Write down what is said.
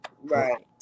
Right